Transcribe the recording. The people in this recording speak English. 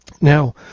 Now